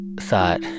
thought